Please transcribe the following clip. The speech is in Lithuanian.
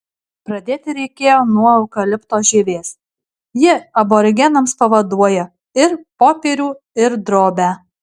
pradėti reikėjo nuo eukalipto žievės ji aborigenams pavaduoja ir popierių ir drobę